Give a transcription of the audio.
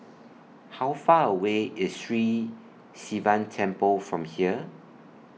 How Far away IS Sri Sivan Temple from here